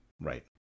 Right